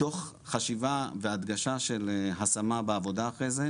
מתוך חשיבה והדגשה של השמה בעבודה אחר כך,